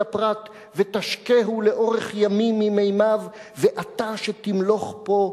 הפרת ותשקהו לאורך ימים ממימיו./ ואתה שתמלוך פה,